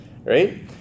right